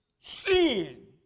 sin